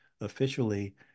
officially